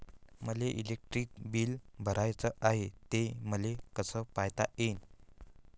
मले electric bill भराचं हाय, ते मले कस पायता येईन?